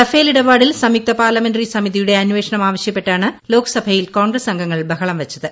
Rafale ഇടപാടിൽ സംയുക്ത parliamentary സമിതിയുടെ അന്വേഷണം ആവശ്യപ്പെട്ടാണ് ലോക്സഭയിൽ കോൺഗ്രസ് അംഗങ്ങൾ ബഹളം വെച്ചത്